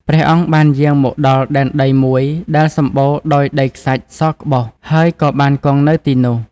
ព្រះអង្គបានយាងមកដល់ដែនដីមួយដែលសម្បូរដោយដីខ្សាច់សក្បុស ហើយក៏បានគង់នៅទីនោះ។